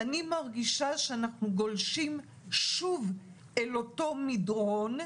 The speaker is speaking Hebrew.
אני מרגישה שאנחנו גולשים שוב אל אותו מדרון,